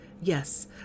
Yes